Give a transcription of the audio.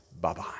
Bye-bye